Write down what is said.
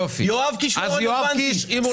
יואב קיש לא רלוונטי.